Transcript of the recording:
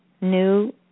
new